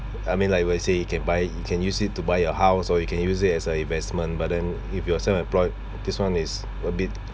I mean like let's say you can buy you can use it to buy a house or you can use it as an investment but then if you are self employed this one is a bit